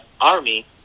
army